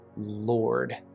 Lord